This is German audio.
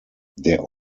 der